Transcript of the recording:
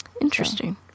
Interesting